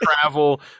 travel